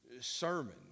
sermon